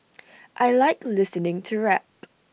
I Like listening to rap